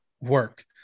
work